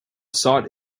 sought